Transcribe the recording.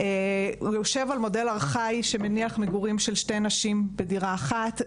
הוא יושב על מודל ארכאי שמניח מגורים של שתי נשים בדירה אחת.